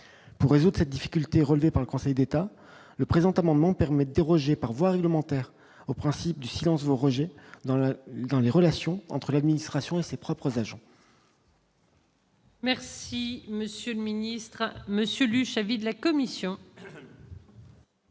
pour résoudre cette difficulté relevée par le Conseil d'État le présent amendement permet déroger par voie réglementaire, au principe du silence vaut rejet dans la dans les relations entre l'administration et ses propres agents. Merci monsieur le ministre, monsieur Buchet, avis de la commission.